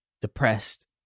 depressed